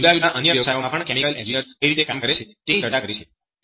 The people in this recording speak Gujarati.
તેમજ જુદા જુદા અન્ય વ્યવસાયોમાં પણ કેમિકલ એન્જિનિયર્સ કઈ રીતે કામ કરે છે તેની ચર્ચા કરી છે